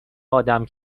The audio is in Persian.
آدم